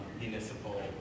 municipal